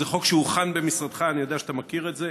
זה חוק שהוכן במשרדך, אני יודע שאתה מכיר את זה.